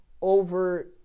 over